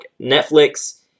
Netflix